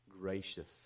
gracious